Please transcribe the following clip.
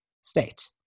state